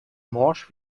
morsch